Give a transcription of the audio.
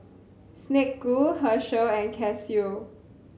Snek Ku Herschel and Casio